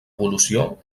evolució